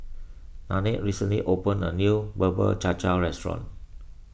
Nannette recently opened a new Bubur Cha Cha Restaurant